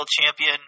champion